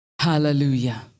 Hallelujah